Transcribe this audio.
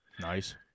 Nice